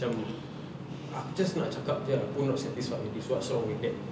macam aku just nak cakap jer ah aku not satisfied with this what's wrong with that